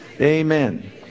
amen